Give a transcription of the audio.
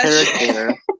character